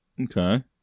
Okay